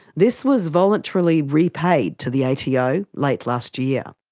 this was voluntarily repaid to the ato late last year.